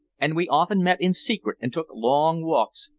and we often met in secret and took long walks,